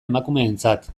emakumeentzat